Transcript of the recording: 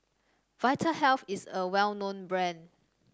Vitahealth is a well known brand